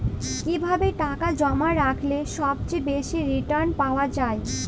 কিভাবে টাকা জমা রাখলে সবচেয়ে বেশি রির্টান পাওয়া য়ায়?